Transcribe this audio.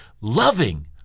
loving